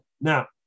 Now